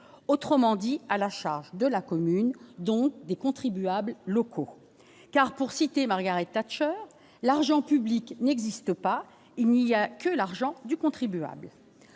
autrement dit à la charge de la commune, donc des contribuables locaux car pour citer Margaret Thatcher l'argent public n'existe pas, il n'y a que l'argent du contribuable